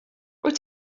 wyt